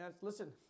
Listen